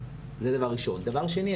דבר שני,